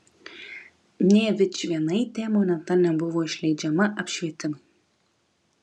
nė vičvienaitė moneta nebuvo išleidžiama apšvietimui